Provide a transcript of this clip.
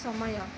ସମୟ